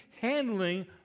handling